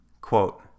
Quote